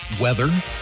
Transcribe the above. weather